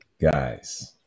guys